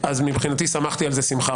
אנחנו מסתכלים על זה כסוג של רע